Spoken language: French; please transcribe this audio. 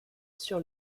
sur